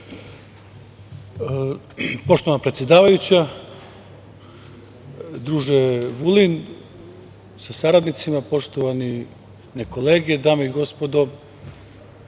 Poštovana predsedavajuća, druže Vulin sa saradnicima, poštovane kolege, dame i gospodo